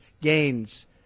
gains